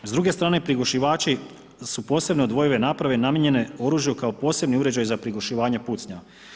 S druge strane prigušivači su posebno odvojive naprave namijenjene oružju kao posebni uređaj za prigušivanje pucnja.